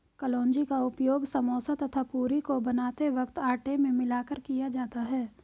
कलौंजी का उपयोग समोसा तथा पूरी को बनाते वक्त आटे में मिलाकर किया जाता है